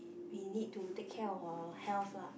we need to take care of our health lah